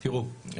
תראו,